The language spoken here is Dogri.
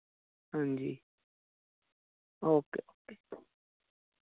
हां जी ओके